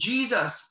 Jesus